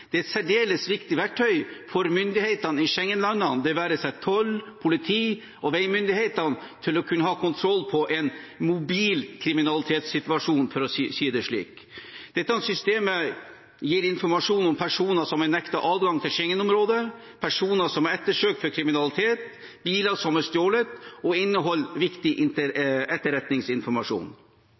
Det er et særdeles viktig verktøy for myndighetene i Schengen-landene – det være seg toll, politi eller veimyndighetene – for å kunne ha kontroll på en mobil kriminalitetssituasjon, for å si det slik. Dette systemet gir informasjon om personer som er nektet adgang til Schengen-området, personer som er ettersøkt for kriminalitet, biler som er stjålet, og det inneholder viktig etterretningsinformasjon.